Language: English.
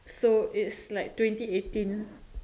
so it's like twenty eighteen